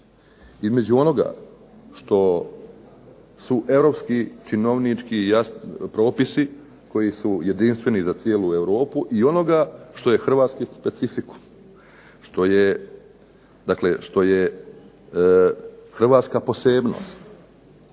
između onoga što su europski činovnički propisi koji su jedinstveni za cijelu Europu i onoga što je hrvatski specifikum. Što je, dakle što je hrvatska posebnost.